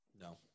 No